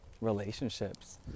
relationships